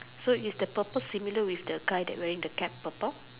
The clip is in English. so is the purple similar with the guy that wearing the cap purple